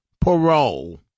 parole